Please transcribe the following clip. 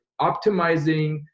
optimizing